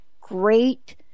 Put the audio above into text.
great